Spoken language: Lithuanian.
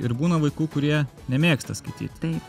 ir būna vaikų kurie nemėgsta skaityt